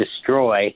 destroy